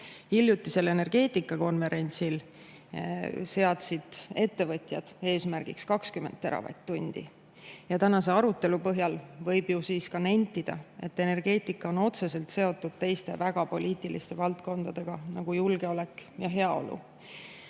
Hiljutisel energeetikakonverentsil seadsid ettevõtjad eesmärgiks 20 teravatt-tundi. Tänase arutelu põhjal võib ju ka nentida, et energeetika on otseselt seotud teiste väga poliitiliste valdkondadega, nagu julgeolek ja heaolu.